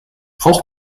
auch